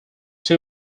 two